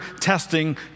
testing